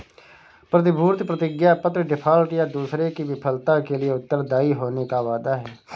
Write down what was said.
प्रतिभूति प्रतिज्ञापत्र डिफ़ॉल्ट, या दूसरे की विफलता के लिए उत्तरदायी होने का वादा है